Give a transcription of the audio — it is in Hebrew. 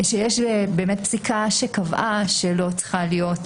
שיש פסיקה שקבעה שלא צריכה להיות